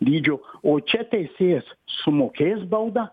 dydžio o čia teisėjas sumokės baudą